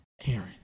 Karen